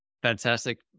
Fantastic